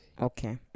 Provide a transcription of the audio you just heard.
Okay